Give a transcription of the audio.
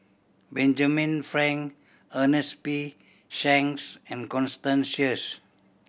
Benjamin Frank Ernest P Shanks and Constant Sheares